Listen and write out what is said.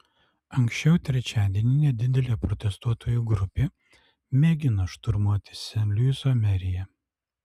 anksčiau trečiadienį nedidelė protestuotojų grupė mėgino šturmuoti sen luiso meriją